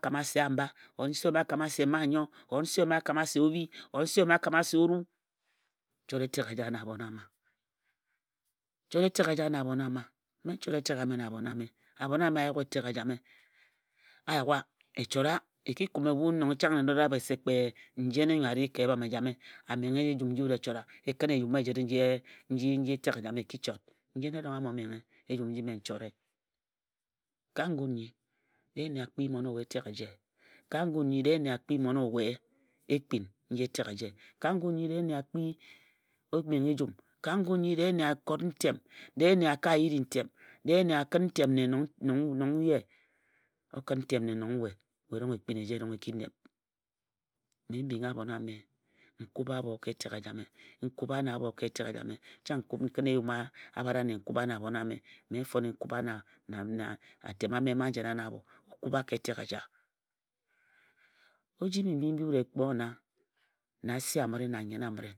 N kama se amba or nse ome a kama se manyo or nse ome a kama so obhi, Nse ome a kama se oru. Chot etek eja na abhon ama, chat etek eja na abhon ama mme n chora etek eja na abhon ame. Abhon ame a yugha etek eja a yugha e chora. E ki kubhe ebhu nong chang e nora mme se njene nyo a ri ka ebhom eja me a menghe ejum nji wut e chora. E kǝn eyum ejǝre nji etek ejame e ki chot njene erong a mo menghe ejum nji mme n chore. Ka ngun nnyi de nne a kpii mmon owe etek eji. Ka ngun nnyi dee nne a kpii mmon owe ekpin nji etek eje ka ngun nnyi dee nne a kpii omenghe ejum. Ka ngun nnyi dee nne a kok ntem. Dee nne a ka yiri ntem Dee nne a kǝn ntem nne nong nong ye. O kǝn ntem nne nong we, we erong ekpin eja e ki nob. Mme m bingha abhon ame n kubha ka etek ejame chang n ku n kǝna eyum abhare ane n kubha na abhon ame. Mme mfone n kubha ka na atem ame mma n jena na abho. N kabha ka etek eja. Ojimi mbi wut e gboe nna na ase amǝre na anyen amǝre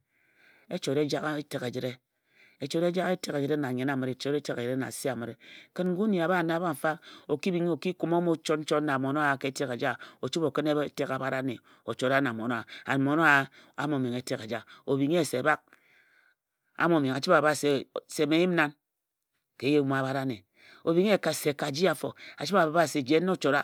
e chora ejagha etek ejǝre na anyen amǝre, e chora etek ejǝre na ase amǝre. Kǝn ngun nyi a bha nna mfamfa, o ki bhing o mo chot nchot na mmon owa ke etek eja. O chǝbhe o kǝna etek abhare ane o chora na mmon owa an mmon oba a mo menghe etek eja. O bhing ye bak a mo menghe a chǝbhe a bhǝbha wa se se mme n yim nan ka eyum abhare ane. O bhing ye ka ji afo a chǝbhe a bhǝbha wa se jen na o chora.